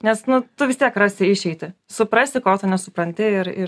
nes nu tu vis tiek rasi išeitį suprasi ko tu nesupranti ir ir